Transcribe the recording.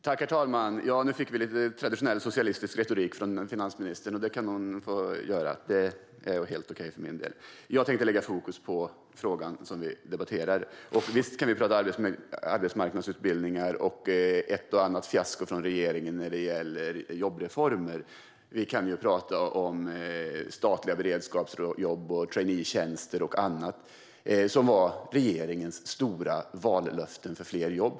Herr talman! Nu fick vi lite traditionell socialistisk retorik från finansministern, och det är helt okej för mig. Jag tänker dock lägga fokus på frågan vi debatterar. Visst kan vi tala arbetsmarknadsutbildningar och ett och annat fiasko från regeringen vad gäller jobbreformer. Vi kan tala om statliga beredskapsjobb, traineetjänster och annat som var regeringens stora vallöften för fler jobb.